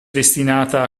destinata